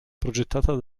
progettata